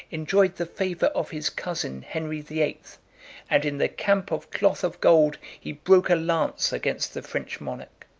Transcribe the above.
enjoyed the favor of his cousin henry the eighth and in the camp of cloth of gold, he broke a lance against the french monarch.